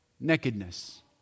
Nakedness